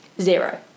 Zero